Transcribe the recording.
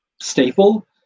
staple